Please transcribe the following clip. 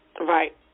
Right